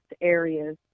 areas